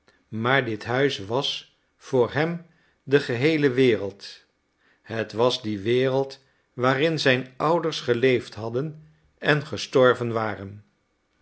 maar dit huis was voor hem de geheele wereld het was die wereld waarin zijn ouders geleefd hadden en gestorven waren